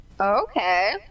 okay